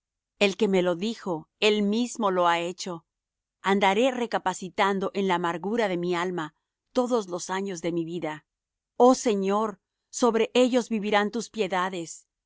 el que me lo dijo él mismo lo ha hecho andaré recapacitando en la amargura de mi alma todos los años de mi vida oh señor sobre ellos vivirán tus piedades